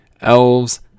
elves